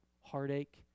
heartache